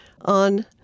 on